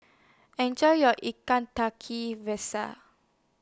Enjoy your Ikan Tiga Rasa